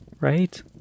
right